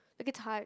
the guitart